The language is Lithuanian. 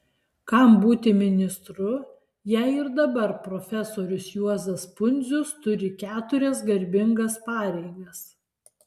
kam būti ministru jei ir dabar profesorius juozas pundzius turi keturias garbingas pareigas